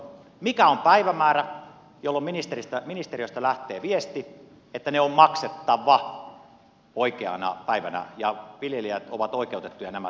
mikä on päivämäärä jolloin ministeriöstä lähtee viesti että ne on maksettava oikeana päivänä ja viljelijät ovat oikeutettuja nämä saamaan